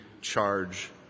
charge